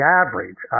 average